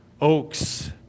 oaks